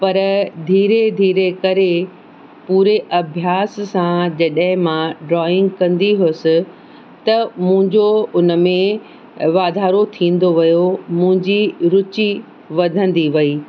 पर धीरे धीरे करे पूरे अभ्यास सां जॾहिं मां ड्रॉइंग कंदी हुअसि त मुंहिंजो उन में वाधारो थींदो वियो मुंहिंजी रुचि वधंदी वई